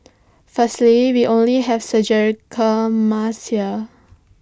firstly we only have surgical masks here